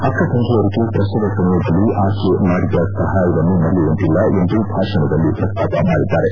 ಅಕ್ಕ ತಂಗಿಯರಿಗೆ ಪ್ರಸವ ಸಮಯದಲ್ಲಿ ಆಕೆ ಮಾಡಿದ ಸಹಾಯವನ್ನು ಮರೆಯುವಂತಿಲ್ಲ ಎಂದು ಭಾಷಣದಲ್ಲಿ ಪ್ರಸ್ತಾಪ ಮಾಡಿದ್ದಾರೆ